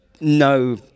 No